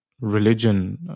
religion